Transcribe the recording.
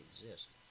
exist